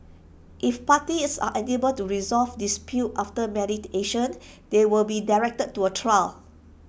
if parties are unable to resolve disputes after mediation they will be directed to A trial